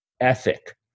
ethic